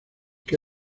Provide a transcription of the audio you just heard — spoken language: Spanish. que